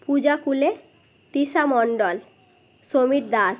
Puja Kule Tisha Mondal Samir Das